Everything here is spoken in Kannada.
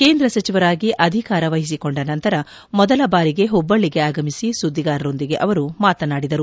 ಕೇಂದ್ರ ಸಚಿವರಾಗಿ ಅಧಿಕಾರ ವಹಿಸಿಕೊಂಡ ನಂತರ ಮೊದಲ ಬಾರಿಗೆ ಹುಬ್ಬಳ್ಳಿಗೆ ಆಗಮಿಸಿ ಸುದ್ದಿಗಾರರೊಂದಿಗೆ ಅವರು ಮಾತನಾಡಿದರು